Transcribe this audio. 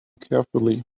carefully